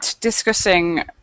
discussing